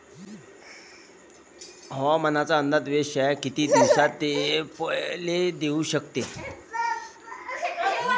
हवामानाचा अंदाज वेधशाळा किती दिवसा पयले देऊ शकते?